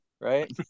right